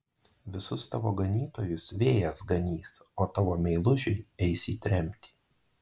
visus tavo ganytojus vėjas ganys o tavo meilužiai eis į tremtį